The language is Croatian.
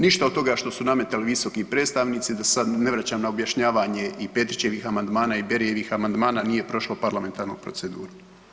Ništa od toga što su nametali visoki predstavnici, da se sad ne vraćam na objašnjavanje i Petrićevih amandmana i Berijevih amandmana, nije prošlo parlamentarnu proceduru.